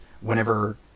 whenever